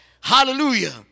Hallelujah